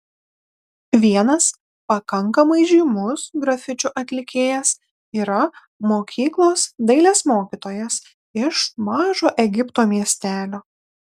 vienas pakankamai žymus grafičių atlikėjas yra mokyklos dailės mokytojas iš mažo egipto miestelio